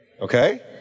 Okay